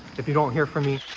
if you don't hear from me